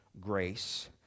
grace